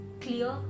clear